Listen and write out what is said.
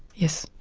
yes.